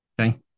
Okay